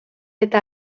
eta